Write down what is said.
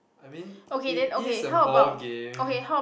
I mean it is a ball game